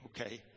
Okay